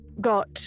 got